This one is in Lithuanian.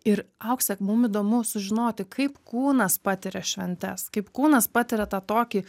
ir aukse mum įdomu sužinoti kaip kūnas patiria šventes kaip kūnas patiria tą tokį